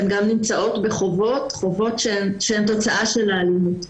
הן גם בחובות שהן תוצאת האלימות.